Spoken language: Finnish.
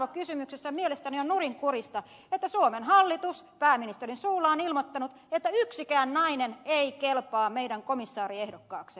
esimerkiksi tasa arvokysymyksissä mielestäni on nurinkurista että suomen hallitus pääministerin suulla on ilmoittanut että yksikään nainen ei kelpaa meidän komissaariehdokkaaksemme